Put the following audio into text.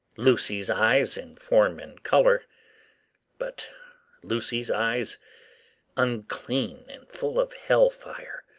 lucy's eyes in form and colour but lucy's eyes unclean and full of hell-fire,